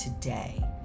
today